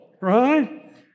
right